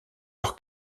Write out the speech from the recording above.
leur